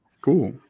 cool